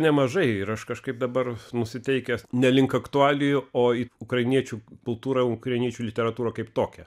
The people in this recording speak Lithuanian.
nemažai ir aš kažkaip dabar nusiteikęs ne link aktualijų o į ukrainiečių kultūrą ukrainiečių literatūrą kaip tokią